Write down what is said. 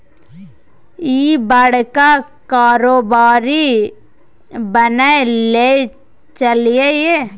इह बड़का कारोबारी बनय लए चललै ये